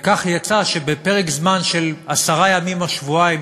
וכך יצא שבפרק זמן של עשרה ימים או שבועיים,